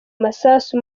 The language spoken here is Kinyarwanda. masasu